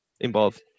involved